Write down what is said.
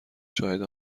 شاهد